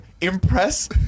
impress